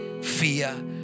fear